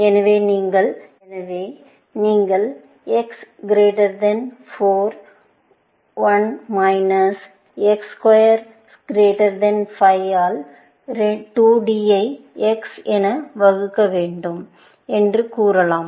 எனவே நீங்கள் X உயர்வு 4 ஐ 1 மைனஸ் X சதுர உயர்வு 5 ஆல் 2 டி X என வகுக்க வேண்டும் என்று கூறலாம்